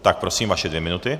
Tak prosím, vaše dvě minuty.